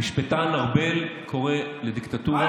המשפטן ארבל קורא לדיקטטורה,